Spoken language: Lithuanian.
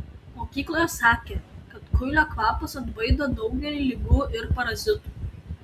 mokykloje sakė kad kuilio kvapas atbaido daugelį ligų ir parazitų